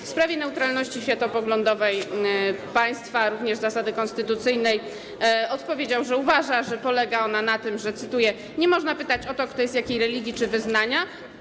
W sprawie neutralności światopoglądowej państwa, jak również zasady konstytucyjnej, odpowiedział, że uważa, iż polega ona na tym, cytuję, że nie można pytać o to, kto jest jakiej religii czy wyznania.